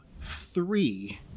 three